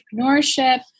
entrepreneurship